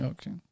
Okay